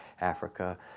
Africa